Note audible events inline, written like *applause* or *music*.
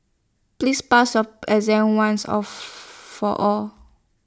please pass your exam once or *hesitation* for all